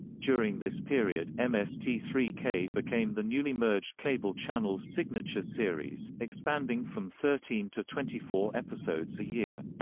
during this period, m s t three k became the newly-merged cable channel's signature series, expanding from thirteen to twenty four episodes a year.